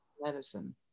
medicine